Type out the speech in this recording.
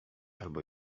albo